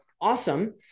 awesome